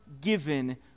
given